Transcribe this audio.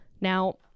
Now